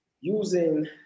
using